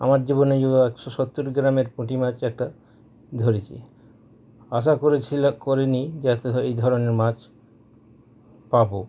আমার জীবনে এই একশো সত্তর গ্রামের পুঁটি মাছ একটা ধরেছি আশা করেছিলাম করিনি যে এত এই ধরনের মাছ পাব